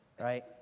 right